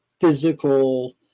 physical